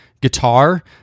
guitar